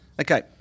Okay